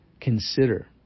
consider